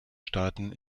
staaten